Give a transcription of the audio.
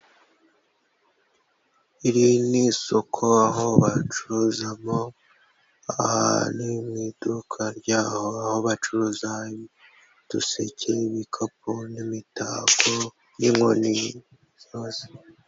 Iri ni isoko aho bacuruzamo, aha ni mu iduka ryaho aho bacuruza uduseke, ibikapu n'imitako n'inkoni zose.